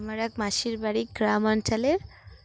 আমার এক মাসির বাাড়ি গ্রাম অঞ্চলের